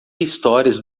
histórias